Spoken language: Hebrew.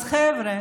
אז חבר'ה,